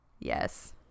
yes